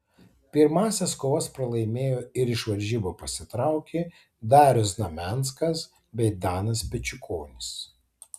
pirmąsias kovas pralaimėjo ir iš varžybų pasitraukė darius znamenskas bei danas pečiukonis